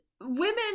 Women